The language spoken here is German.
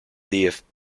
dfb